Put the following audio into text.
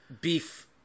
Beef